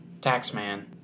Taxman